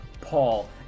Paul